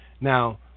Now